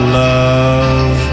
love